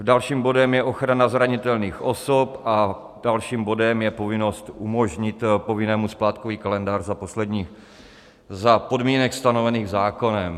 Dalším bodem je ochrana zranitelných osob a dalším bodem je povinnost umožnit povinnému splátkový kalendář za podmínek stanovených zákonem.